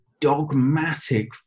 dogmatic